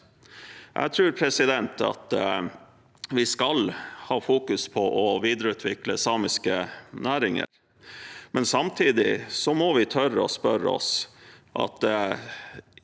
Jeg tror at vi skal fokusere på å videreutvikle samiske næringer, men samtidig må vi tørre å spørre oss